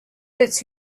its